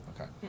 Okay